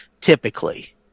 typically